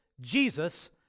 Jesus